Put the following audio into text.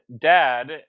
dad